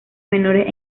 menores